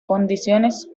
condiciones